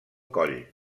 coll